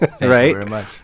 right